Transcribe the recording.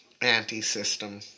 anti-system